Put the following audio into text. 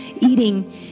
eating